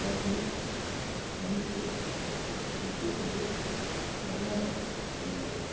Kashmir Manipur Madhya Pradesh Karnataka Tamil Nadu